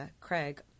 Craig